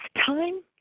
time